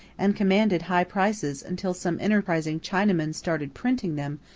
and commanded high prices until some enterprising chinaman started printing them,